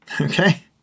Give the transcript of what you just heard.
Okay